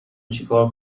چیکار